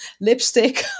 lipstick